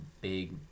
big